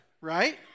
right